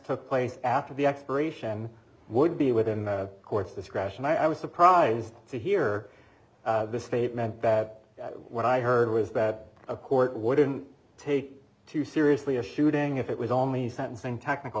took place after the expiration would be within the court's this crash and i was surprised to hear the statement that what i heard was that a court wouldn't take too seriously a shooting if it was only sentencing technical